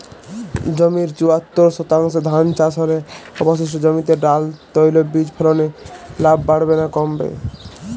জমির চুয়াত্তর শতাংশে ধান চাষ হলে অবশিষ্ট জমিতে ডাল তৈল বীজ ফলনে লাভ বাড়বে না কমবে?